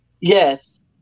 yes